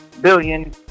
billion